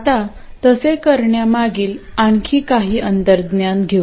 आता तसे करण्या मागील आणखी काही अंतर्ज्ञान घेऊ